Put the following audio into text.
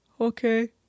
okay